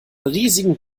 riesigen